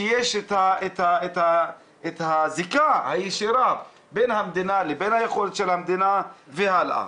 שיש את הזיקה הישירה בין המדינה לבין היכולת של המדינה והלאה.